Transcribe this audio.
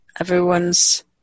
everyone's